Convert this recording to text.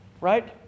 Right